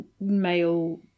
male